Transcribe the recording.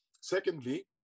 secondly